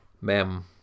mem